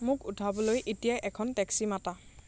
মোক উঠাবলৈ এতিয়াই এখন টেক্সি মাতা